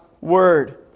Word